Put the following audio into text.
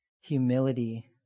humility